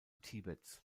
tibets